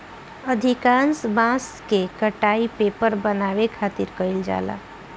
अधिकांश बांस के कटाई पेपर बनावे खातिर कईल जाला